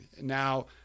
Now